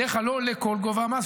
בדרך כלל לא עולה כל גובה המס,